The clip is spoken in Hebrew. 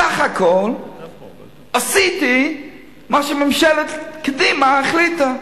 סך הכול עשיתי מה שממשלת קדימה החליטה,